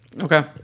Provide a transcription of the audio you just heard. Okay